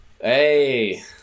Hey